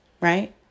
Right